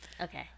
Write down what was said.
Okay